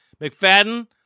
McFadden